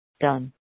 done